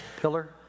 pillar